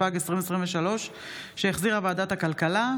התשפ"ג 2023,